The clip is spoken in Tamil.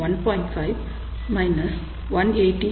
5 180 0